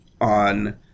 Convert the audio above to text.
on